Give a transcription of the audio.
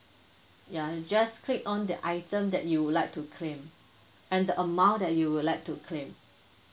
ya you just click on the item that you would like to claim and the amount that you will like to claim